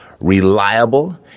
reliable